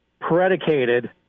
predicated